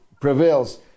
prevails